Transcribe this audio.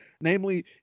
namely